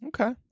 okay